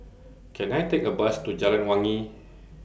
Can I Take A Bus to Jalan Wangi